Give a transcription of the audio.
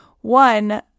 One